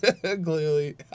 clearly